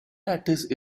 lattice